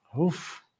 Oof